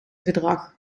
gedrag